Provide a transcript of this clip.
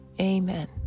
Amen